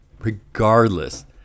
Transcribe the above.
regardless